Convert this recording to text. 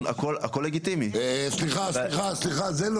הכל הכל לגיטימי -- סליחה סליחה סליחה זה לא